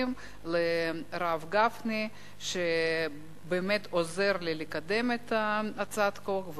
הכספים הרב גפני שעוזר לי לקדם את הצעת החוק,